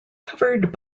covered